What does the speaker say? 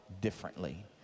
differently